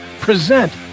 present